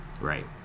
Right